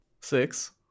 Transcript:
Six